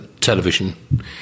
television